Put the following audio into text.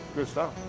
good stuff!